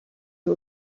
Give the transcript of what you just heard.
you